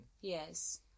Yes